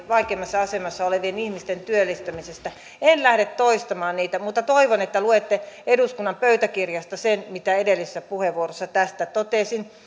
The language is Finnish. vaikeimmassa asemassa olevien ihmisten työllistämisestä en lähde toistamaan niitä mutta toivon että luette eduskunnan pöytäkirjasta sen mitä edellisessä puheenvuorossa tästä totesin